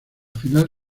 final